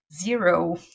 Zero